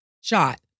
shot